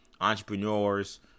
entrepreneurs